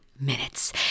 minutes